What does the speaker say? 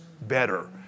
better